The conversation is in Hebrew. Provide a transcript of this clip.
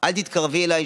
אל תתקרבי אליי,